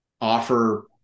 offer